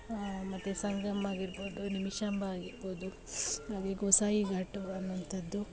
ಮತ್ತೆ ಸಂಗಮ ಆಗಿರ್ಬೋದು ನಿಮಿಷಾಂಬ ಆಗಿರ್ಬೋದು ಹಾಗೆ ಗೋಸಾಯಿ ಘಾಟು ಅನ್ನುವಂಥದ್ದು